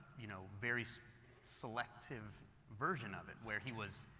you know, very selective version of it. where he was,